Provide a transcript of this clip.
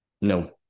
no